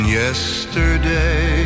yesterday